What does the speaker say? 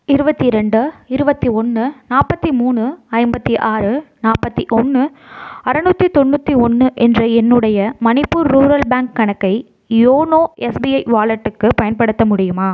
இருபத்தி ரெண்டு இருபவத்தி ஒன்று நாற்பத்தி மூணு ஐம்பத்து ஆறு நாற்பத்தி ஒன்று அறநூற்றி தொண்ணுாற்றி ஒன்று என்ற என்னுடைய மணிப்பூர் ரூரல் பேங்க் கணக்கை யோனோ எஸ்பிஐ வாலெட்டுக்கு பயன்படுத்த முடியுமா